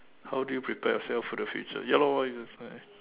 how do you prepare yourself for the future ya lor I just may I